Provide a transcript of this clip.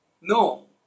no